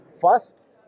First